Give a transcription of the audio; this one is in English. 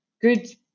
Good